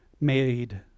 made